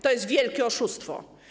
To jest wielkie oszustwo.